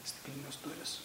stiklinės durys